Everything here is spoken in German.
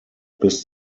bis